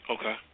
Okay